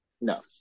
no